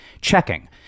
checking